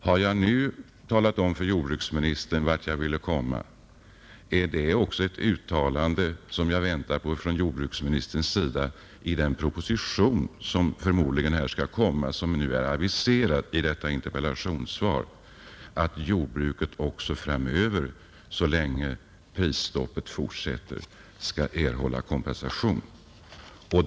Har jag nu talat om för jordbruksministern vart jag ville komma? I så fall väntar jag också på ett uttalande av jordbruksministern i den proposition som aviseras i interpellationssvaret, att jordbruket också framöver — så länge prisstoppet fortsätter — skall erhålla kompensation.